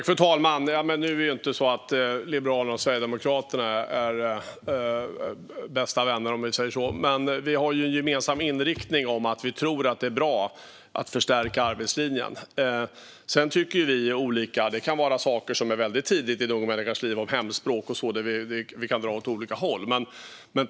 Fru talman! Liberalerna och Sverigedemokraterna är inte bästa vänner, om vi säger så. Vi har dock den gemensamma inriktningen att vi tror att det är bra att förstärka arbetslinjen. Om annat tycker vi olika. Det kan vara saker som är väldigt tidiga i en ung människas liv, till exempel hemspråk, där vi kan dra åt olika håll.